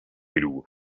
perú